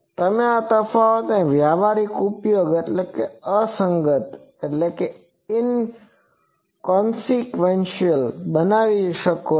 તમે આ તફાવતોને વ્યવહારિક ઉપયોગ માટે અસંગત બનાવી શકો છો